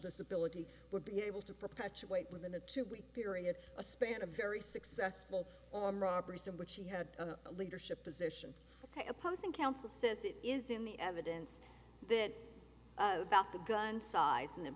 disability would be able to perpetuate within a two week period a span of very successful on robberies in which he had a leadership position opposing counsel says it is in the evidence then about the gun size and